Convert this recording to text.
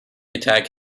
attack